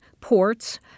ports